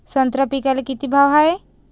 संत्रा पिकाले किती भाव हाये?